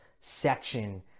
section